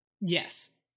Yes